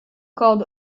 called